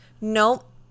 Nope